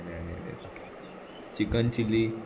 आरे आरे chicken chilli